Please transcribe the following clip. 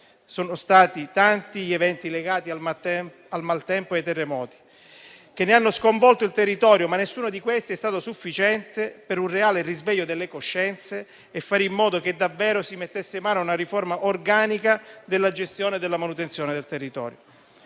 sono stati tanti, purtroppo, gli eventi legati al maltempo e ai terremoti che hanno sconvolto il territorio. Nessuno di questi però è stato sufficiente a realizzare un reale risveglio delle coscienze e a fare in modo che davvero si mettesse mano a una riforma organica della gestione e della manutenzione del territorio,